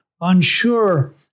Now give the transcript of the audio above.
unsure